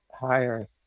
higher